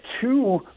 two